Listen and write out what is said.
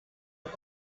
auf